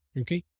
Okay